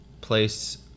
place